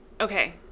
Okay